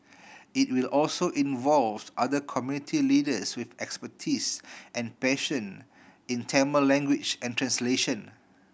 it will also involve other community leaders with expertise and passion in Tamil language and translation